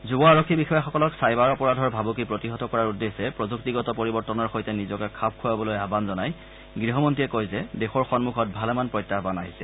যুৱ আৰক্ষী বিষয়াসকলক ছাইবাৰ অপৰাধৰ ভাবুকি প্ৰতিহত কৰাৰ উদ্দেশ্যে প্ৰযুক্তিগত পৰিৱৰ্তনৰ সৈতে নিজকে খাপ খুৱাবলৈ আহান জনাই গৃহমন্ত্ৰীয়ে কয় যে দেশৰ সন্মুখত ভালেমান প্ৰত্যাহান আছে